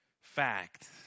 fact